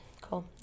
cool